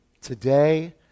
Today